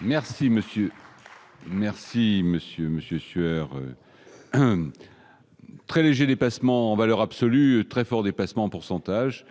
Merci monsieur maire. Si monsieur monsieur Sueur un très léger dépassement en valeur absolue, très forts dépassements pourcentage